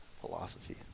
philosophy